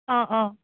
অ' অ'